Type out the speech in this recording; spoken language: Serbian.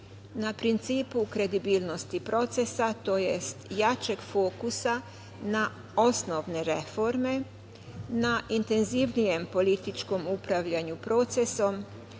na principu kredibilnosti procesa, tj. jačeg fokusa na osnovne reforme, na intenzivnijem političkom upravljanju procesom,